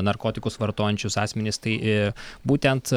narkotikus vartojančius asmenis tai būtent